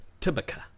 Tibica